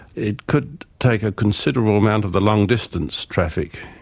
it could take a considerable amount of the long distance traffic,